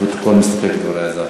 לפרוטוקול, מסתפק בדברי השר.